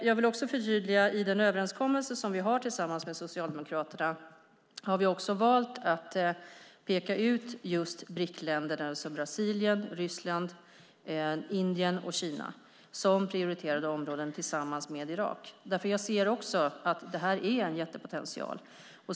Jag vill förtydliga att vi i den överenskommelse som vi har tillsammans med Socialdemokraterna också har valt att peka ut just BRIC-länderna, alltså Brasilien, Ryssland, Indien och Kina, som prioriterade områden tillsammans med Irak. Jag ser också att detta är en stor potential.